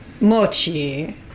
Mochi